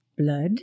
Blood